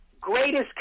greatest